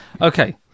Okay